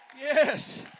Yes